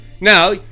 Now